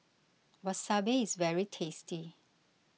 Wasabi is very tasty